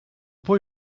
boy